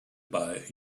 buy